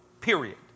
period